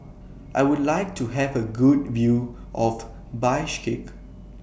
I Would like to Have A Good View of Bishkek